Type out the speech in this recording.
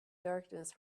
darkness